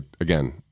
again